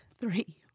three